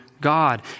God